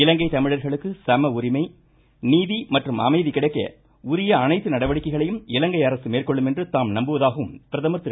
இலங்கை தமிழர்களுக்கு சமஉரிமை நீதி மற்றும் அமைதி கிடைக்க உரிய அனைத்து நடவடிக்கைகளையும் இலங்கை அரசு மேற்கொள்ளும் என்று தாம் நம்புவதாகவும் பிரதமர் திரு